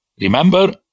Remember